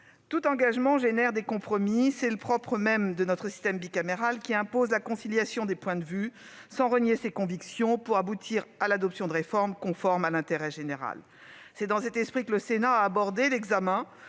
tout engagement génère des compromis. C'est le propre même de notre système bicaméral, qui impose la conciliation des points de vue, sans renier ses convictions, pour aboutir à l'adoption de réformes conformes à l'intérêt général. C'est dans cet esprit que le Sénat a abordé l'examen